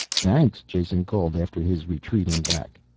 thanks, jason called after his retreating back.